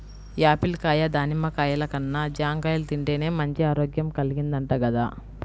Apple కాయ, దానిమ్మ కాయల కన్నా జాంకాయలు తింటేనే మంచి ఆరోగ్యం కల్గిద్దంట గదా